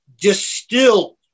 distilled